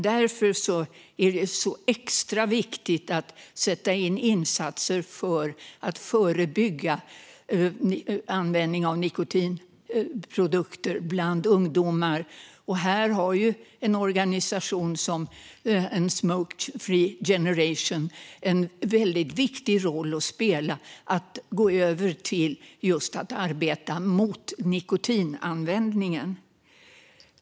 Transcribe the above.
Därför är det extra viktigt att sätta in insatser för att förebygga användning av nikotinprodukter bland ungdomar. Här har en organisation som A Non Smoking Generation en väldigt viktig roll att spela just i att gå över till att arbeta mot nikotinanvändningen.